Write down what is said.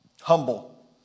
humble